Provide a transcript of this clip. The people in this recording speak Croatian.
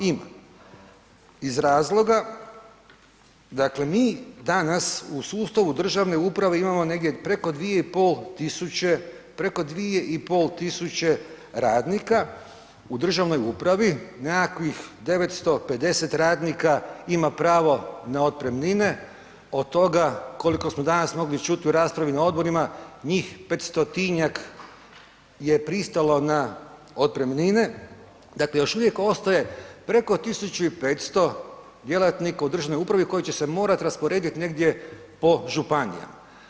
Iz razloga dakle, mi danas u sustavu državne uprave imamo negdje preko 2,5 tisuće radnika u državnoj upravi, nekakvih 950 radnika ima pravo na otpremnine od toga koliko smo danas mogli čuti u raspravi na odborima njih 500 je pristalo na otpremnine, dakle još uvijek ostaje preko 1.500 djelatnika u državnoj upravi koji će se morati rasporediti negdje po županijama.